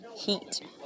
heat